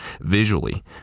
visually